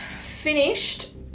finished